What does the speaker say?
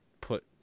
put